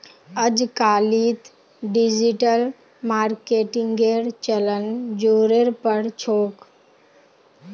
अजकालित डिजिटल मार्केटिंगेर चलन ज़ोरेर पर छोक